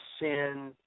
sin